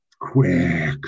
quick